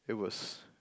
it was